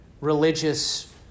religious